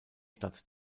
stadt